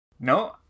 No